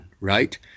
right